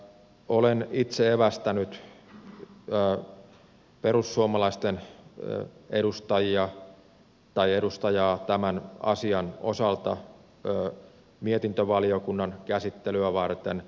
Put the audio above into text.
olen itse evästänyt perussuomalaisten edustajaa tämän asian osalta mietintövaliokunnan käsittelyä varten